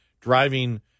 driving